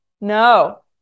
no